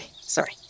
Sorry